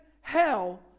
hell